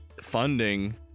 funding